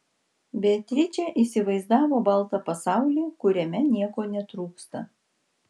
beatričė įsivaizdavo baltą pasaulį kuriame nieko netrūksta